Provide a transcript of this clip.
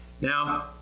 Now